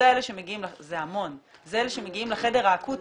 זה אלה שמגיעים לחדר האקוטי.